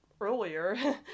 earlier